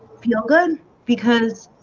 feel good because